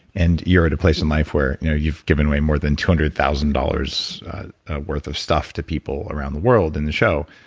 and you're at a place in life where you know you've given away more than two hundred thousand dollars worth of stuff to people around the world in the show,